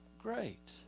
great